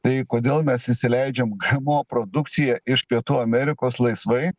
tai kodėl mes įsileidžiam gmo produkciją iš pietų amerikos laisvai